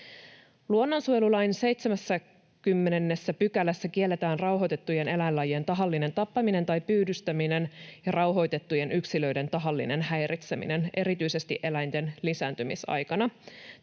Luonnonsuojelulain 70 §:ssä kielletään rauhoitettujen eläinlajien tahallinen tappaminen tai pyydystäminen ja rauhoitettujen yksilöiden tahallinen häiritseminen erityisesti eläinten lisääntymisaikana,